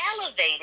elevated